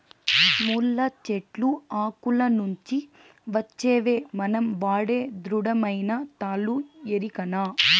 ముళ్ళ చెట్లు ఆకుల నుంచి వచ్చేవే మనం వాడే దృఢమైన తాళ్ళు ఎరికనా